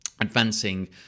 advancing